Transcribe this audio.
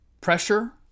pressure